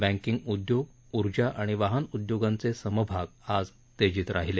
banking उद्योग ऊर्जा आणि वाहन उद्योगांचे समभाग आज तेजित राहिले